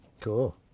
Cool